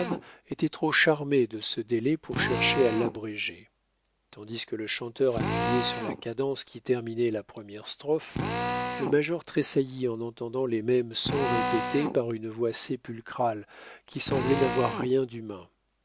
étant trop charmé de ce délai pour chercher à l'abréger tandis que le chanteur appuyait sur la cadence qui terminait la première strophe le major tressaillit en entendant les mêmes sons répétés par une voix sépulcrale qui semblait n'avoir rien d'humain